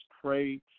pray